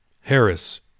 Harris